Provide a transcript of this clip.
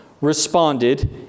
responded